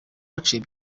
haciye